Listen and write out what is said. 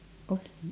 okay